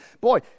Boy